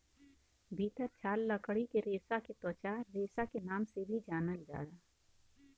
भितर छाल लकड़ी के रेसा के त्वचा रेसा के नाम से भी जानल जाला